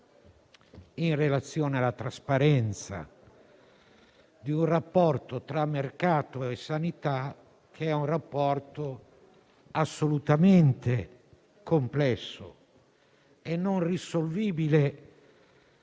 in relazione alla trasparenza di un rapporto tra mercato e sanità che è molto complesso e non è risolvibile